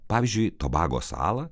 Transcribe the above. pavyzdžiui tobago salą